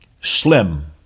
Slim